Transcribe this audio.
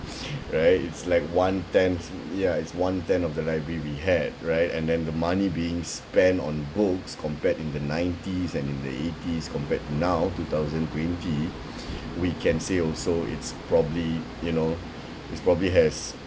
right it's like one tenth ya it's one tenth of the library we had right and then the money being spent on books compared in the nineties and in the eighties compared now two thousand twenty we can say also it's probably you know it's probably has